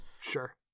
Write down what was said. Sure